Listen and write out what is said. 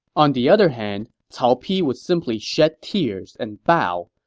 on the other hand, cao pi would simply shed tears and bow,